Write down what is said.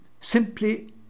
simply